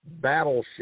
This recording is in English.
Battleship